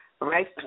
Right